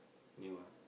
knew what